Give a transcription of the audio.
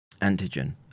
antigen